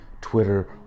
Twitter